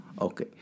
Okay